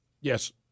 Yes